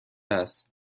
است